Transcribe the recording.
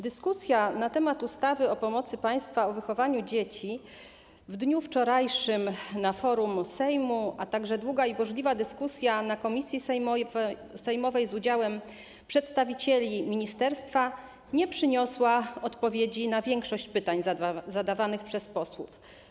Dyskusja na temat ustawy o pomocy państwa w wychowaniu dzieci w dniu wczorajszym na forum Sejmu, a także długa i burzliwa dyskusja w komisji sejmowej z udziałem przedstawicieli ministerstwa nie przyniosła odpowiedzi na większość pytań zadawanych przez posłów.